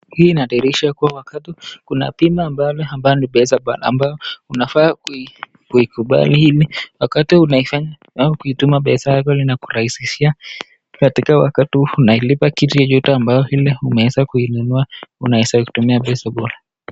Hii inadhihirisha kuwa wakati kuna kipima ambacho bei zake bora ambazo unafanya kuikubali hii wakati unaifanya au kuitoa pesa zako linakurahisishia. Tunatakiwa wakati unaolipwa kitu cha juu ambacho hii umeza kuinunua unaweza kutumia pesa bora.